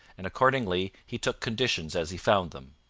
and accordingly he took conditions as he found them.